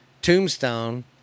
Tombstone